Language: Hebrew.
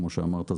כמו שאמרת,